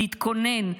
להתכונן,